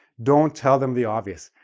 don't tell them the obvious.